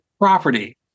property